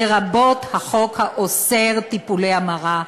לרבות החוק האוסר טיפולי המרה,